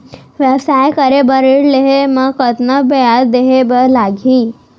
व्यवसाय करे बर ऋण लेहे म कतना ब्याज देहे बर लागही?